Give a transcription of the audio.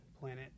planet